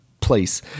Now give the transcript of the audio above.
place